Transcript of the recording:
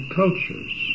cultures